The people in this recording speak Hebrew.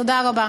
תודה רבה.